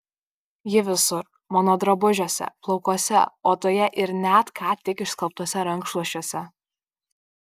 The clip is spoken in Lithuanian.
ji visur mano drabužiuose plaukuose odoje ir net ką tik išskalbtuose rankšluosčiuose